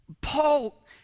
Paul